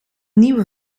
nieuwe